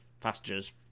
passengers